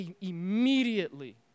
immediately